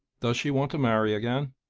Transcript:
does she want to marry again?